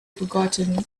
forgotten